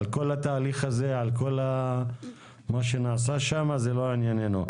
על כל התהליך הזה ועל כל מה שנעשה שם זה לא עניינינו.